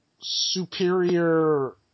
superior